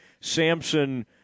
Samson